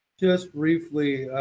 just briefly,